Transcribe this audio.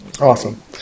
awesome